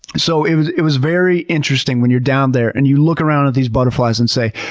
so it was it was very interesting, when you're down there and you look around at these butterflies and say,